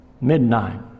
midnight